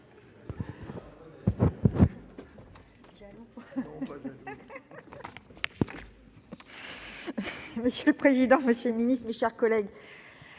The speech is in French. Monsieur le président, monsieur le ministre, chers collègues,